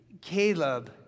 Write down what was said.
Caleb